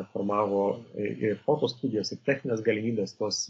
informavo ir fotostudijos ir technines galimybes pas